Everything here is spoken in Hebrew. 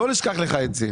לא נשכח לך את זה.